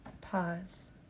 Pause